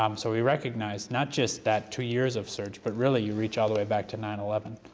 um so we recognize not just that two years of surge, but really you reach all the way back to nine eleven,